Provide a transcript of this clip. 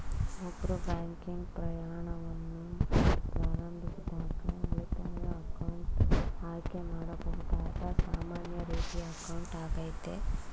ಒಬ್ರು ಬ್ಯಾಂಕಿಂಗ್ ಪ್ರಯಾಣವನ್ನ ಪ್ರಾರಂಭಿಸಿದಾಗ ಉಳಿತಾಯ ಅಕೌಂಟ್ ಆಯ್ಕೆ ಮಾಡಬಹುದಾದ ಸಾಮಾನ್ಯ ರೀತಿಯ ಅಕೌಂಟ್ ಆಗೈತೆ